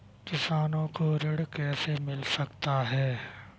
किसानों को ऋण कैसे मिल सकता है?